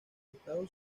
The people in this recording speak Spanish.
estado